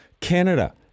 Canada